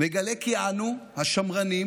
מגלה כי גם אנו, 'השמרנים',